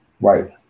Right